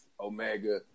Omega